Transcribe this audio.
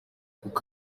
kuko